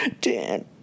Dan